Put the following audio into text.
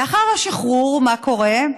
לאחר השחרור, מה קורה?